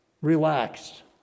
Relaxed